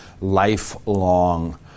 lifelong